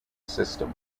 system